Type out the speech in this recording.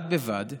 בד בבד,